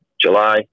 July